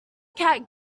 cat